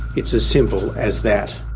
it's as simple as that.